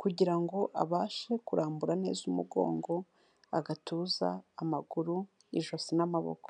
kugira ngo abashe kurambura neza umugongo, agatuza, amaguru, ijosi n'amaboko.